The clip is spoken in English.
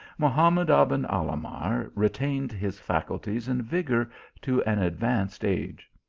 mahamad aben alahmar retained his faculties and vigour to an advanced age.